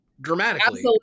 dramatically